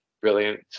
Brilliant